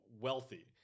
wealthy